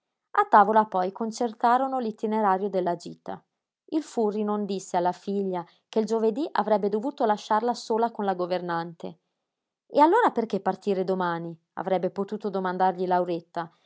a tavola poi concertarono l'itinerario della gita il furri non disse alla figlia che il giovedí avrebbe dovuto lasciarla sola con la governante e allora perché partire domani avrebbe potuto domandargli lauretta